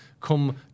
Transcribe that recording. come